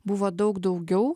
buvo daug daugiau